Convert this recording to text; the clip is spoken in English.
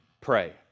pray